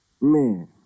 Man